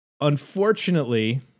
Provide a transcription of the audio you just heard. unfortunately